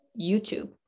YouTube